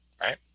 right